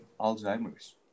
Alzheimer's